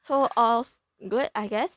so all's good I guess